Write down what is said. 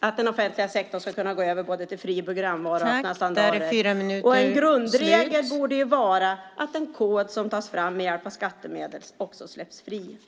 att den offentliga sektorn ska gå över till både fri programvara och öppna standarder. En grundregel borde vara att en kod som tas fram med hjälp av skattemedel släpps fri.